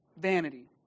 Vanity